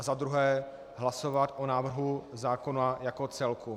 Za druhé hlasovat o návrhu zákona jako celku.